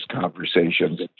conversations